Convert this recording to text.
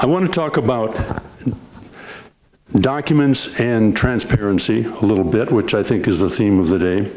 i want to talk about documents and transparency a little bit which i think is the theme of the day